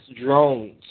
drones